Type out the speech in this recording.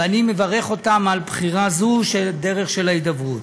ואני מברך אותם על בחירה זו בדרך של ההידברות.